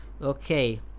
okay